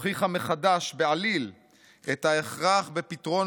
הוכיחה מחדש בעליל את ההכרח בפתרון